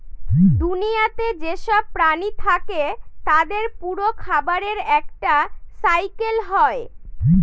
দুনিয়াতে যেসব প্রাণী থাকে তাদের পুরো খাবারের একটা সাইকেল হয়